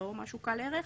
לא משהו קל ערך.